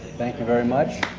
thank you very much.